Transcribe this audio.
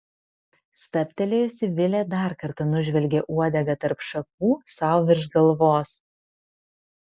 stabtelėjusi vilė dar kartą nužvelgė uodegą tarp šakų sau virš galvos